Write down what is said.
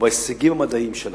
ובהישגים המדעיים שלה.